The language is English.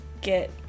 get